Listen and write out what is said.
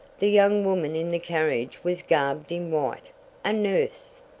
the young woman in the carriage was garbed in white a nurse.